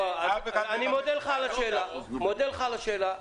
אני פוחד שימצאו אותי על ה-5% --- אני מודה לך על השאלה.